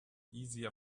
easier